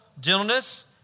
gentleness